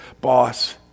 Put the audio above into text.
boss